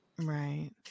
Right